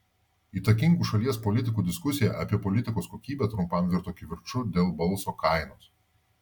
įtakingų šalies politikų diskusija apie politikos kokybę trumpam virto kivirču dėl balso kainos